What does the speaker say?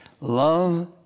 Love